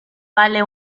vale